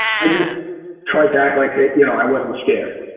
i just tried to act like you know i wasn't scared.